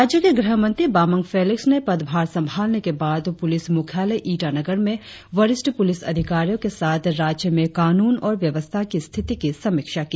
राज्य के गृहमंत्री बामंग फेलिक्स ने पदभार संभालने के बाद प्रलिस मुख्यालय ईटानगर में वरिष्ठ पुलिस अधिकारियों के साथ राज्य में कानून और व्यवस्था की स्थिति की समीक्षा की